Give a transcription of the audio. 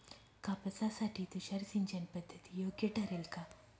कापसासाठी तुषार सिंचनपद्धती योग्य ठरेल का?